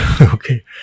Okay